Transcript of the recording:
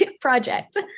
project